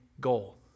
goal